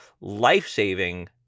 life-saving